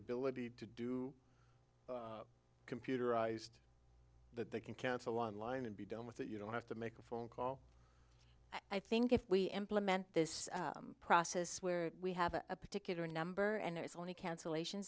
ability to do computerized that they can cancel on line and be done with it you don't have to make a phone call i think if we implement this process where we have a particular number and there is only cancellation